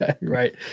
Right